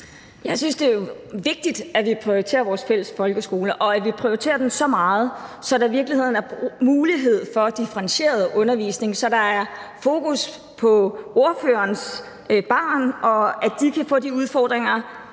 Jeg synes, det er vigtigt, at vi prioriterer vores fælles folkeskole, og at vi prioriterer den så meget, så der i virkeligheden er mulighed for differentieret undervisning, så der er fokus på ordførerens barn og på, at børnene kan få de udfordringer,